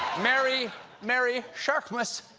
merry merry shark-mas!